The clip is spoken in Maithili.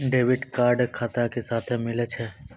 डेबिट कार्ड बचत खाता के साथे मिलै छै